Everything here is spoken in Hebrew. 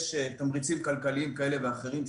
יש תמריצים כלכליים כאלה ואחרים,